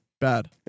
Bad